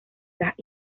las